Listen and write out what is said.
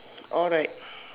all right